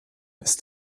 ist